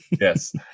yes